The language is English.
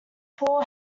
paul